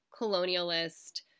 colonialist